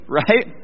right